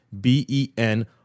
b-e-n